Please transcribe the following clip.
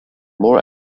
more